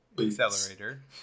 accelerator